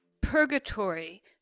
purgatory